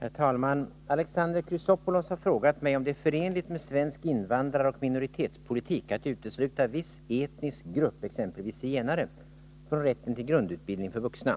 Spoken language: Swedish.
Herr talman! Alexander Chrisopoulos har frågat mig om det är förenligt med svensk invandraroch minoritetspolitik att utesluta viss etnisk grupp, exempelvis zigenare, från rätten till grundutbildning för vuxna.